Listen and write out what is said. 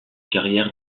carrière